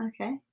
Okay